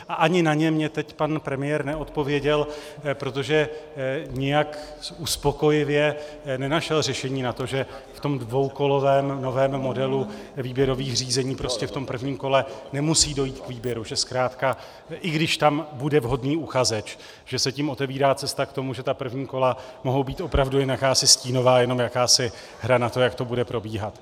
A ani na ně mně teď pan premiér neodpověděl, protože nijak uspokojivě nenašel řešení na to, že v tom dvoukolovém novém modelu výběrových řízení prostě v tom prvním kole nemusí dojít k výběru, že zkrátka i když tam bude vhodný uchazeč, že se tím otevírá cesta k tomu, že ta první kola mohou být opravdu jen jakási stínová, jenom jakási hra na to, jak to bude probíhat.